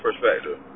perspective